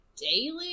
daily